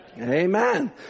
Amen